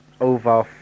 over